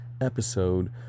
episode